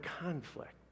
conflict